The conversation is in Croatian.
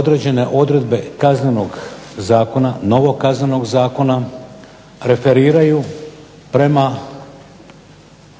određene odredbe Kaznenog zakona, novog Kaznenog zakona, referiraju prema